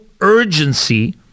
urgency